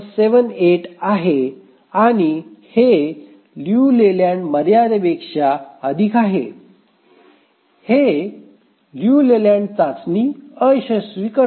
78 आहे आणि हे लिऊ लेलँड मर्यादेपेक्षा अधिक आहे हे लियू लेलँड चाचणी अयशस्वी करते